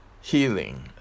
healing